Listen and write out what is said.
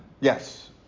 Yes